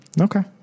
Okay